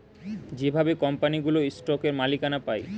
যেভাবে কোম্পানিগুলো স্টকের মালিকানা পায়